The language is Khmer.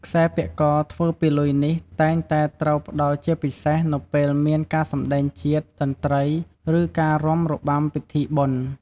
ខ្សែពាក់កធ្វើពីលុយនេះតែងតែត្រូវផ្តល់ជាពិសេសនៅពេលមានការសម្តែងជាតិ តន្ត្រី ឬការរាំរបាំពិធីបុណ្យ។